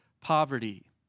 poverty